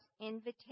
invitation